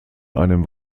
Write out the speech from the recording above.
einem